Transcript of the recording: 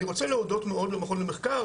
אני רוצה להודות מאוד למכון למחקר,